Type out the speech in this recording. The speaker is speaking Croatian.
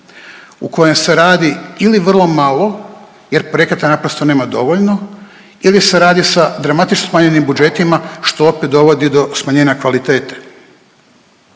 u kojem se radi ili vrlo malo jer prekreta naprosto nema dovoljno ili se radi sa dramatično smanjenim budžetima što opet dovodi do smanjenja kvalitete.